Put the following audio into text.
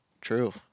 True